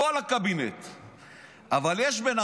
כל הקבינט.